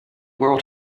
world